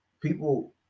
people